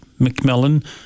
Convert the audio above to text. McMillan